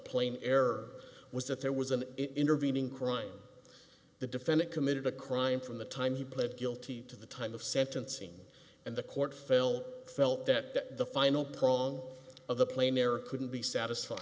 error was that there was an intervening crime the defendant committed a crime from the time he pled guilty to the time of sentencing and the court phil felt that the final prong of the player couldn't be satisfied